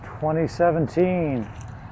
2017